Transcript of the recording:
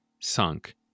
sunk